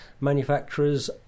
manufacturers